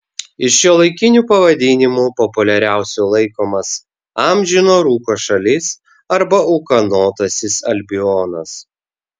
iš šiuolaikinių pavadinimų populiariausiu laikomas amžino rūko šalis arba ūkanotasis albionas